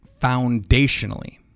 foundationally